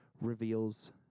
reveals